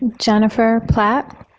jennifer platt.